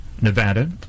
Nevada